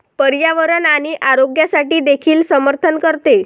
पर्यावरण आणि आरोग्यासाठी देखील समर्थन करते